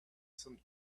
some